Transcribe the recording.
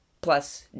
plus